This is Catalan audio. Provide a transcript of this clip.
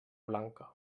blanca